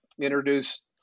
introduced